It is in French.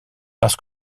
parce